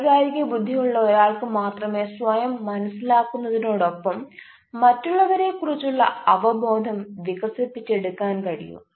വൈകാരിക ബുദ്ധിയുള്ള ഒരാൾക്ക് മാത്രമേ സ്വയം മനസിലാക്കുന്നതിനോടൊപ്പം മറ്റുള്ളവരെക്കുറിച്ചുള്ള അവബോധം വികസിപ്പിച്ചെടുക്കാൻ കഴിയൂ